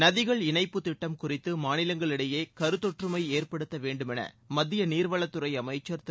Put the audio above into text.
நதிகள் இணைப்புத் திட்டம் குறித்து மாநிலங்களிடையே கருத்தொற்றுமையை ஏற்படுத்த வேண்டுமௌ மத்திய நீர்வளத்துறை அமைச்சர் திரு